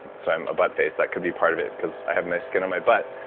so i'm a butt-face. that could be part of it because i have nice skin on my butt.